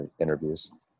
interviews